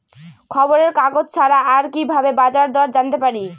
খবরের কাগজ ছাড়া আর কি ভাবে বাজার দর জানতে পারি?